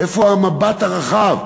איפה המבט הרחב?